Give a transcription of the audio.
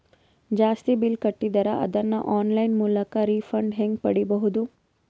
ಜಾಸ್ತಿ ಬಿಲ್ ಕಟ್ಟಿದರ ಅದನ್ನ ಆನ್ಲೈನ್ ಮೂಲಕ ರಿಫಂಡ ಹೆಂಗ್ ಪಡಿಬಹುದು?